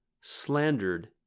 slandered